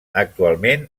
actualment